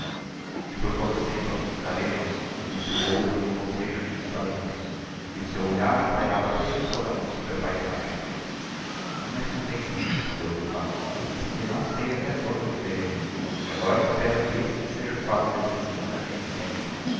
e por quanto tempo aqui ficaremos disse o outro n'um bocejo de desalento e o seu olhar pai rava preguiçosamente sobre a paizagem não meço o tempo respondeu milkau porque não sei até quando viverei e agora espero que este seja o quadro definitivo da minha existência